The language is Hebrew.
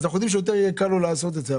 אז אנחנו יודעים שיהיה לו יותר קל לעשות את זה.